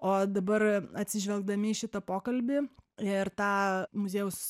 o dabar atsižvelgdami į šitą pokalbį ir tą muziejaus